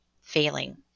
failing